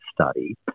study